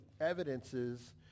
evidences